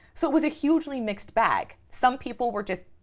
so it was a hugely mixed bag. some people were just,